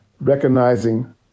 recognizing